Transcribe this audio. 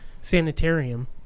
sanitarium